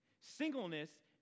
Singleness